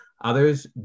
Others